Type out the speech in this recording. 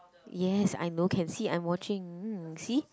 yes I know can see I'm watching mm see